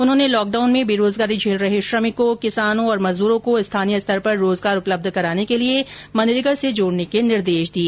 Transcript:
उन्होंने लॉकडाउन में बेरोजगारी झेल रहे श्रमिकों किसानों और मजदूरों को स्थानीय स्तर पर रोजगार उपलब्ध कराने के लिए मनरेगा से जोडने के दिशानिर्देश दिए